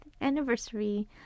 anniversary